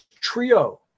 Trio